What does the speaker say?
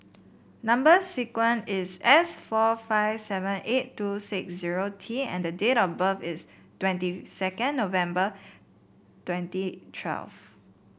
number sequence is S four five seven eight two six zero T and the date of birth is twenty second November twenty twelve